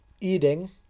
eating